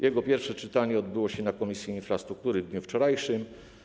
Jego pierwsze czytanie odbyło się na posiedzeniu Komisji Infrastruktury w dniu wczorajszym.